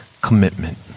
commitment